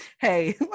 Hey